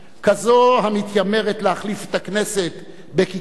כזו המתיימרת להחליף את הכנסת בכיכר השוק,